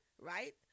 right